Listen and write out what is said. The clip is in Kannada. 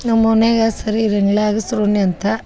ನಮ್ಮ ಓಣ್ಯಾಗ ಅಗಸ್ರ ಓಣಿ ಅಂತ